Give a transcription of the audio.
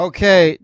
Okay